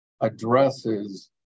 addresses